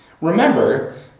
Remember